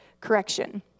correction